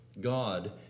God